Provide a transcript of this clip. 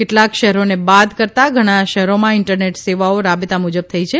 કેટલાક શહેરોને બાદ કરતાં ઘણા શહેરોમાં ઇન્ટરનેટ સેવાઓ રાબેતા મુજબ થઇ છે